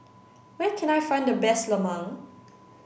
where can I find the best Lemang